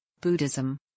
Buddhism